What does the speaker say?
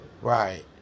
Right